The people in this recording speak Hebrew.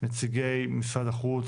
נציגי משרד החוץ,